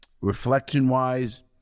reflection-wise